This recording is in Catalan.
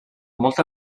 molta